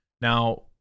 Now